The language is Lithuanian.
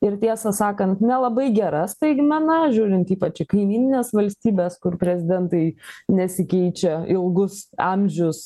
ir tiesą sakant nelabai gera staigmena žiūrint ypač į kaimynines valstybes kur prezidentai nesikeičia ilgus amžius